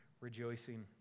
rejoicing